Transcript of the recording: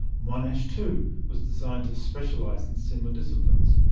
monash too was designed to specialise in similar disciplines.